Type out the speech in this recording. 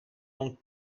long